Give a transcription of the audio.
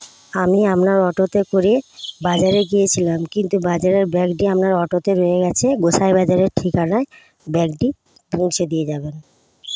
আমি আপনার অটোতে করে বাজারে গিয়েছিলাম কিন্তু বাজারের ব্যাগটি আমার অটোতে রয়ে গেছে গোঁসাই বাজারের ঠিকানায় ব্যাগটি পৌঁছে দিয়ে যাবেন